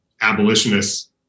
abolitionists